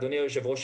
אדוני היושב-ראש,